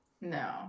No